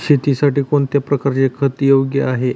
शेतीसाठी कोणत्या प्रकारचे खत योग्य आहे?